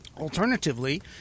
Alternatively